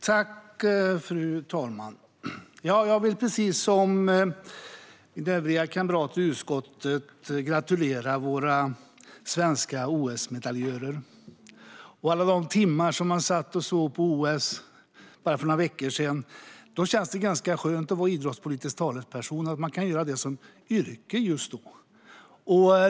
Idrott, friluftsliv och folkbildning Fru talman! Jag vill, precis som övriga kamrater i utskottet, gratulera våra svenska OS-medaljörer. Under alla de timmar man satt och såg på OS för bara några veckor sedan kändes det ganska skönt att vara idrottspolitisk talesperson och kunna utöva sitt yrke just så.